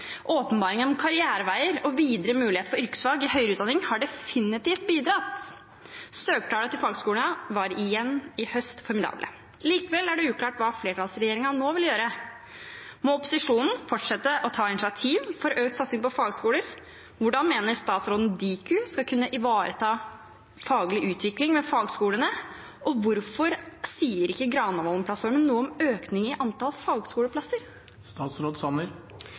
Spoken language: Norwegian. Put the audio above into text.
Åpenbaringen av karriereveier og videre muligheter for yrkesfag i høyere utdanning har definitivt bidratt. Søkertallene til fagskolene var i høst igjen formidable. Likevel er det uklart hva flertallsregjeringen nå vil gjøre. Må opposisjonen fortsette å ta initiativ for økt satsing på fagskoler? Hvordan mener statsråden Diku skal kunne ivareta faglig utvikling ved fagskolene? Og hvorfor sier ikke Granavolden-plattformen noe om økning i antall fagskoleplasser?